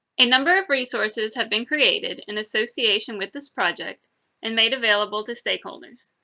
a number of resources have been created in association with this project and made available to stakeholders.